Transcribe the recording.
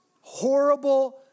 Horrible